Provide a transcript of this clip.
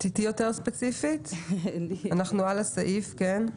תהיי יותר ספציפית, אנחנו על הסעיף, כן?